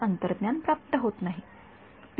विद्यार्थी मग ते तीन व्हेरिएबल असतील बरोबर